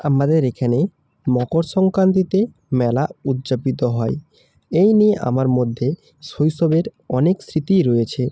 আমাদের এইখানে মকর সংক্রান্তিতে মেলা উদযাপিত হয় এই নিয়ে আমার মধ্যে শৈশবের অনেক স্মৃতিই রয়েছে